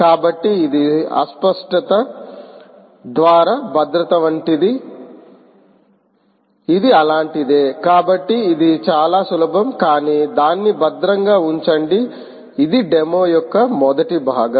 కాబట్టి ఇది అస్పష్టత ద్వారా భద్రత వంటిది ఇది అలాంటిదే కాబట్టి ఇది చాలా సులభం కానీ దాన్ని భద్రంగా ఉంచండి ఇది డెమో యొక్క మొదటి భాగం